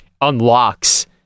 unlocks